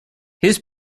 his